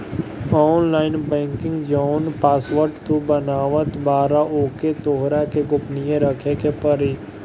online banking जवन password तू बनावत बारअ ओके तोहरा के गोपनीय रखे पे पड़ी